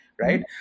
Right